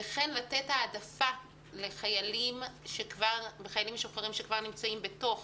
וכן לתת העדפה לחיילים משוחררים שכבר נמצאים בתוך